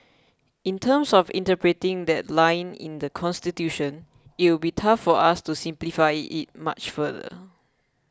in terms of interpreting that line in the Constitution it would be tough for us to simplify it much further